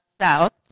south